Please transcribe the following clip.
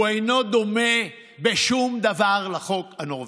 הוא אינו דומה בשום דבר לחוק הנורבגי,